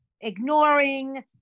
ignoring